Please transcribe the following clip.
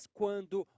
quando